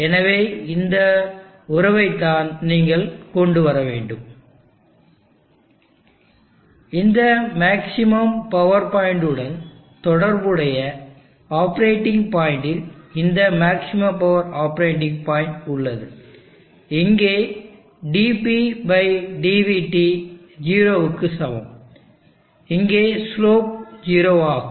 எனவே இந்த உறவைத்தான் நீங்கள் கொண்டுவர வேண்டும இந்த மேக்ஸிமம் பவர்பாயிண்ட் உடன் தொடர்புடைய ஆப்பரேட்டிங் பாயிண்டில் இந்த மேக்ஸிமம் பவர் ஆப்பரேட்டிங் பாயிண்ட் உள்ளது இங்கே dpdvT 0 க்கு சமம் இங்கே ஸ்லோப் 0 ஆகும்